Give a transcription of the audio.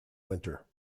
winter